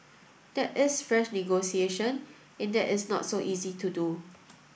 that is fresh negotiation and that is not so easy to do